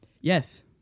Yes